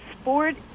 sport